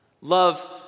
Love